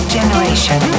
Generation